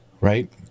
right